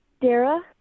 Dara